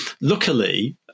luckily